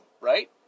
right